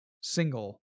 single